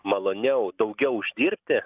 maloniau daugiau uždirbti